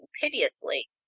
piteously